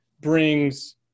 brings